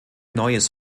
neues